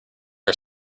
are